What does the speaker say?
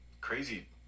crazy